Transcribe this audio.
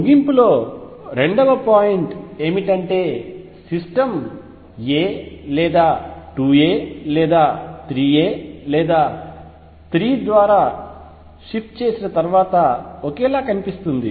ముగింపు లో రెండవ పాయింట్ ఏమిటంటే సిస్టమ్ a లేదా 2 a లేదా 3 a లేదా 3 ద్వారా షిఫ్ట్ చేసిన తర్వాత ఒకేలా కనిపిస్తుంది